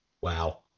Wow